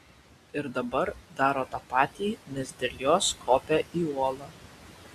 ir dabar daro tą patį nes dėl jos kopia į uolą